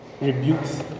rebukes